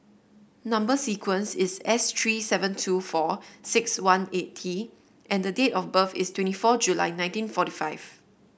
number sequence is S three seven two four six one eight T and date of birth is twenty four July nineteen forty five